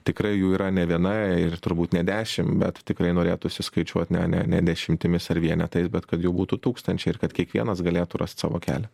tikrai jų yra ne viena ir turbūt ne dešim bet tikrai norėtųsi skaičiuot ne ne ne dešimtimis ar vienetais bet kad jau būtų tūkstančiai ir kad kiekvienas galėtų rast savo kelią